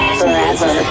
forever